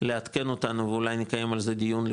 לעדכן אותנו ואולי נקיים על זה דיון,